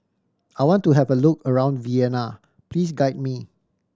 I want to have a look around Vienna please guide me